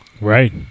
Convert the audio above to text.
Right